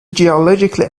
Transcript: geologically